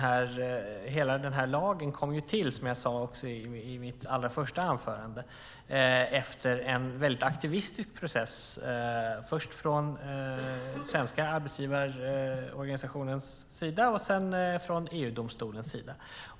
Hela den här lagen kom ju till, som jag också sade i mitt allra första anförande, efter en väldigt aktivistisk process, först från den svenska arbetsgivarorganisationens sida och sedan från EU-domstolens sida.